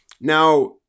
Now